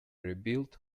rebuilt